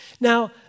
Now